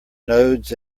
nodes